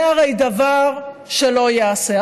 זה הרי דבר שלא ייעשה.